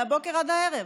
מהבוקר עד הערב,